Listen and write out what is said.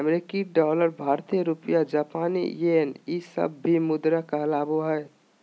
अमेरिकी डॉलर भारतीय रुपया जापानी येन ई सब भी मुद्रा कहलाबो हइ